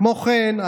כמו כן,